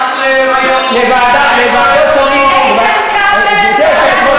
עכשיו אני רוצה להגיד לכם,